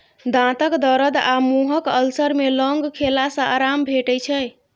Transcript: दाँतक दरद आ मुँहक अल्सर मे लौंग खेला सँ आराम भेटै छै